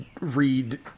read